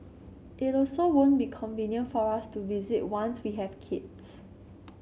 it also won't be convenient for us to visit once we have kids